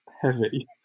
heavy